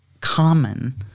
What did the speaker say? common